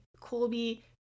Colby